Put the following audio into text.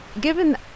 given